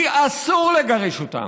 כי אסור לגרש אותם.